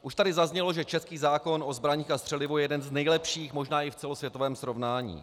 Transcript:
Už tady zaznělo, že český zákon o zbraních a střelivu je jeden z nejlepších možná i v celosvětovém srovnání.